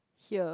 here